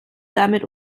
damit